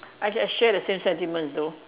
I can share the same sentiments also